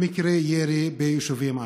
מקרי ירי ביישובים ערביים.